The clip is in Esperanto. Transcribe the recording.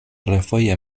refoje